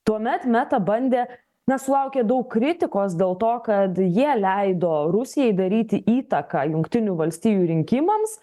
tuomet meta bandė na sulaukė daug kritikos dėl to kad jie leido rusijai daryti įtaką jungtinių valstijų rinkimams